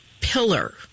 pillar